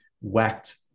whacked